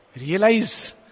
Realize